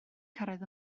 cyrraedd